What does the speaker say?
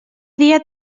dia